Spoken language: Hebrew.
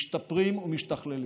משתפרים ומשתכללים.